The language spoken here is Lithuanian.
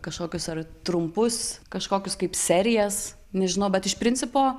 kažkokius ar trumpus kažkokius kaip serijas nežinau bet iš principo